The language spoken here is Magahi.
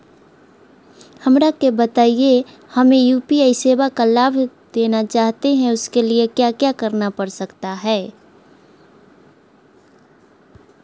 हमरा के बताइए हमें यू.पी.आई सेवा का लाभ लेना चाहते हैं उसके लिए क्या क्या करना पड़ सकता है?